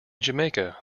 jamaica